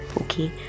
okay